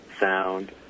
sound